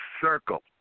circle